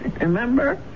Remember